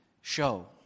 show